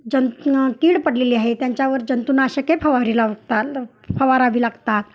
जंत कीड पडलेली आहे त्यांच्यावर जंतुनाशके फवारी लावतात फवारावी लागतात